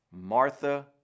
Martha